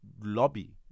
lobby